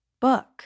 book